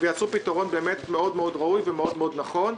ויצרו פתרון מאוד מאוד ראוי ומאוד מאוד נכון,